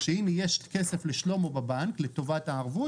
שהנה יש כסף לשלמה בבנק לטובת הערבות